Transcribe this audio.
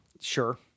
Sure